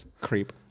creep